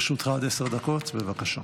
לרשותך עד עשר דקות, בבקשה.